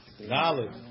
knowledge